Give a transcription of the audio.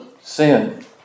Sin